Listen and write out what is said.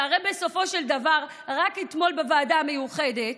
שהרי בסופו של דבר רק אתמול בוועדה המיוחדת